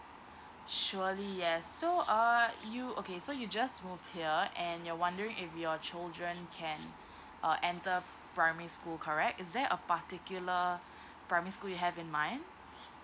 surely yes so uh you okay so you just moved here and you're wondering if your children can uh enter primary school correct is there a particular primary school you have in mind